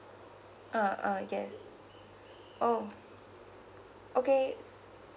uh uh yes oh okay